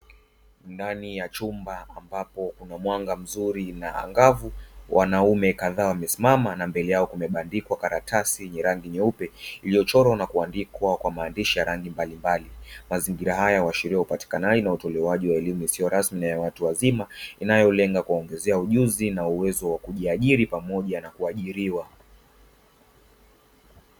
Ndani ya chumba ambapo kuna mwanga mzuri na angavu, wanaume kadhaa wamesimama na mbele yao kumebandikwa karatasi yenye rangi nyeupe, iliyochorwa na kuandikwa kwa maandishi ya rangi mbalimbali, mazingira haya huashiria upatikanaji na utolewaji wa elimu isiyo rasmi na ya watu wazima, inayolenga kuwaongezea ujuzi na uwezo wa kujiajiri pamoja na kuajiriwa.